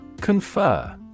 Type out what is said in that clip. Confer